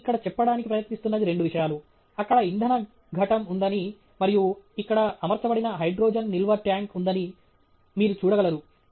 నేను ఇక్కడ చెప్పడానికి ప్రయత్నిస్తున్నది రెండు విషయాలు అక్కడ ఇంధన ఘటం ఉందని మరియు ఇక్కడ అమర్చబడిన హైడ్రోజన్ నిల్వ ట్యాంక్ ఉందని మీరు చూడగలరు